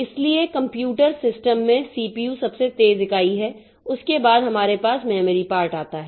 इसलिए computer system में CPU सबसे तेज इकाई है उसके बाद हमारे पास मेमोरी पार्ट आता है